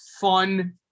fun